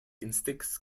instincts